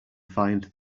find